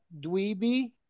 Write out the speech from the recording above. Dweeby